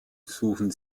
suchen